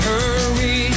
Hurry